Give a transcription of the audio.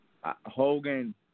Hogan